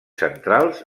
centrals